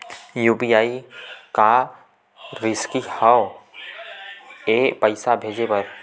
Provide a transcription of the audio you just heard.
UPI का रिसकी हंव ए पईसा भेजे बर?